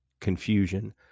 confusion